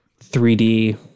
3d